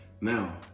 Now